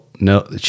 No